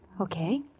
Okay